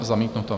Zamítnuto.